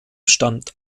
stammt